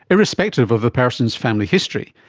irrespective of the person's family history,